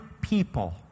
people